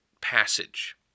passage